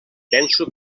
penso